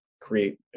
create